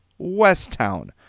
Westtown